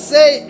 Say